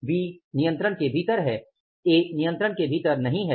B नियंत्रण के भीतर है A नियंत्रण के भीतर नहीं है